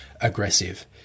aggressive